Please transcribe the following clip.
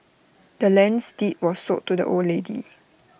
the land's deed was sold to the old lady